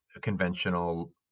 conventional